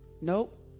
nope